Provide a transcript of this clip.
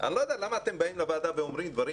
אני לא יודע למה אתם באים לוועדה ואומרים דברים